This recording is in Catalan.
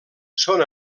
són